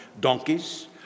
donkeys